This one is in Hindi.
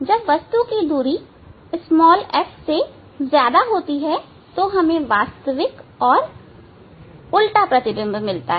जब वस्तु की दूरी f से ज्यादा होती है तो हमें वास्तविक और उल्टा प्रतिबिंब मिलता है